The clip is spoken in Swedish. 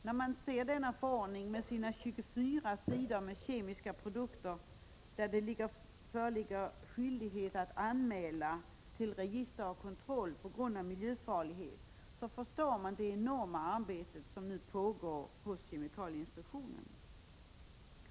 När man ser denna förordning med 24 sidor med kemiska produkter, där det föreligger skyldighet att anmäla till register och kontroll på grund av miljöfarlighet, förstår man att det nu pågår ett enormt arbete inom kemikalieinspektionen.